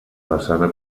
façana